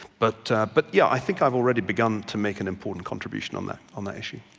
but but yeah, i think i've already begun to make an important contribution on that on that issue.